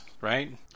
right